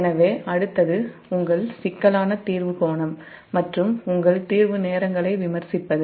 எனவே அடுத்தது உங்கள் சிக்கலான தீர்வு கோணம் மற்றும் உங்கள் தீர்வு நேரங்களை விமர்சிப்பது